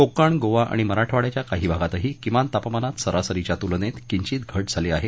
कोकण गोवा आणि मराठवाड्याच्या काही भागातही किमान तापमानात सरासरीच्या तुलनेत किंचित घट झाली आहे